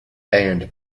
and